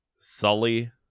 Sully